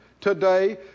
today